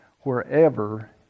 wherever